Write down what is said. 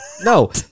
No